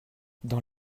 dans